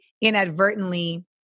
inadvertently